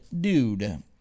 dude